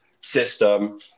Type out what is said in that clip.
system